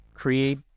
Create